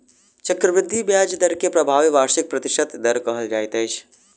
चक्रवृद्धि ब्याज दर के प्रभावी वार्षिक प्रतिशत दर कहल जाइत अछि